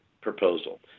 proposal